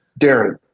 Darren